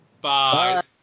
Bye